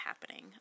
happening